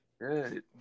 Good